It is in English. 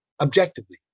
objectively